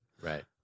Right